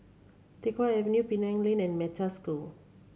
Teck Whye Avenue Penang Lane and Metta School